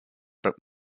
but